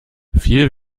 viel